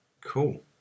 Cool